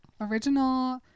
original